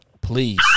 Please